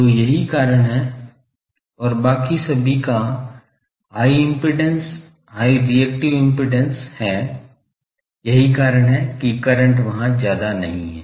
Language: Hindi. तो यही कारण है और बाकी सभी का high impedance high reactive impedance हैं यही कारण है कि करंट वहाँ ज्यादा नहीं है